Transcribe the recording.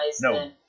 No